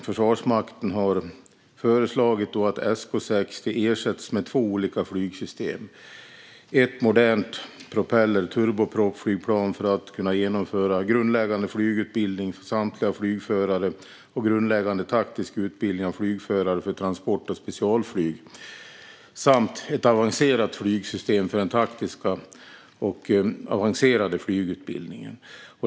Försvarsmakten har föreslagit att SK 60 ersätts med två olika flygsystem - ett modernt turbopropflygplan för att kunna genomföra grundläggande flygutbildning för samtliga flygförare och grundläggande taktisk utbildning av flygförare för transport och specialflyg samt ett avancerat flygsystem för den taktiska och avancerade flygutbildningen.